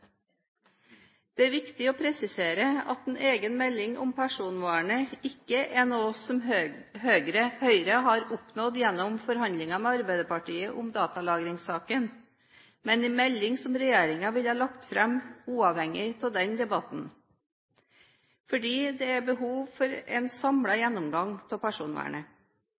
Det er viktig å presisere at en egen melding om personvernet ikke er noe Høyre har oppnådd gjennom forhandlingene med Arbeiderpartiet om datalagringssaken, men det er en melding som regjeringen ville lagt fram uavhengig av den debatten, fordi det er behov for en samlet gjennomgang av personvernet.